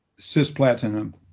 Cisplatinum